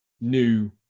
new